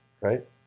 right